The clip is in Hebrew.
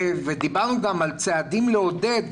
דיברנו גם על צעדים לעודד,